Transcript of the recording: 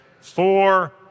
four